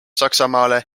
saksamaale